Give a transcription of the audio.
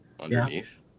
underneath